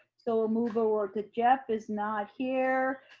so we'll move forward, jeff is not here,